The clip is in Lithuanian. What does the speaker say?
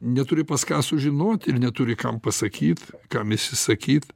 neturi pas ką sužinot ir neturi kam pasakyt kam išsisakyti